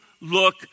look